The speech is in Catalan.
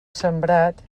sembrat